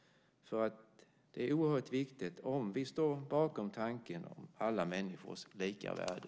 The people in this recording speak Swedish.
Det är oerhört viktigt om vi står bakom tanken om alla människors lika värde.